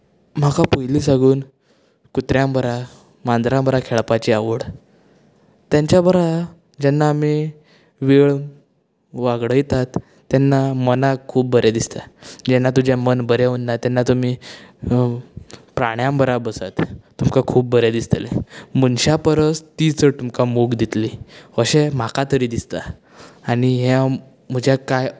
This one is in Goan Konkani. म्हाका पयली साकून कुत्र्यां बरा माजरां बरा खेळपाची आवड तेंच्या बरा जेन्ना आमी वेळ वगडायतात तेन्ना मनांक खूब बरें दिसता जेन्ना तुजें मन बरें उरना तेन्ना तुमी प्राण्यां बरा बसात तुमकां खूब बरें दिसतले मनशां परस ती चड तुमकां मोग दितली अशें म्हाका तरी दिसता आनी ह्या म्हज्या काय